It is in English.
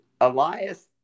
Elias